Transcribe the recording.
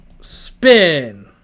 spin